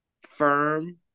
firm